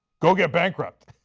go get bankrupt.